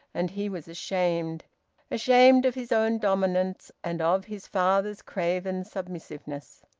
and he was ashamed ashamed of his own dominance and of his father's craven submissiveness.